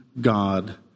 God